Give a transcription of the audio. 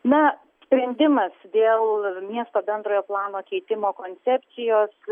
na sprendimas dėl miesto bendrojo plano keitimo koncepcijos